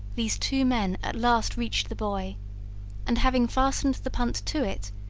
these two men at last reached the buoy and, having fastened the punt to it,